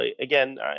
again